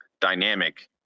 dynamic